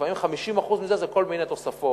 לפעמים 50% מזה זה כל מיני תוספות.